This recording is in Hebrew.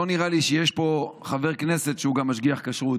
לא נראה לי שיש פה חבר כנסת שהוא גם משגיח כשרות,